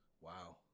Wow